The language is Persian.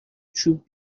چوب